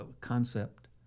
concept